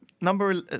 number